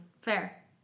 fair